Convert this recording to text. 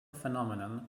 phenomenon